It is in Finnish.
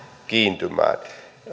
kiinnittymään